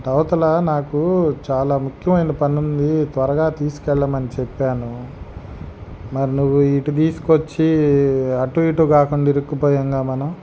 అటవతల నాకు చాలా ముఖ్యమైన పనుంది త్వరగా తీసుకెళ్ళమని చెప్పాను మరి నువ్వు ఇటు తీసుకొచ్చి అటు ఇటు కాకుండా ఇరుక్కుపోయంగా మనం